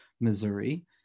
Missouri